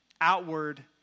outward